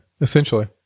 essentially